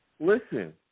Listen